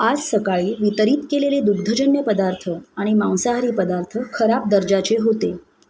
आज सकाळी वितरित केलेले दुग्धजन्य पदार्थ आणि मांसाहारी पदार्थ खराब दर्जाचे होते